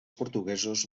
portuguesos